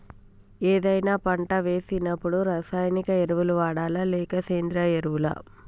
ఏదైనా పంట వేసినప్పుడు రసాయనిక ఎరువులు వాడాలా? లేక సేంద్రీయ ఎరవులా?